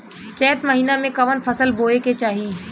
चैत महीना में कवन फशल बोए के चाही?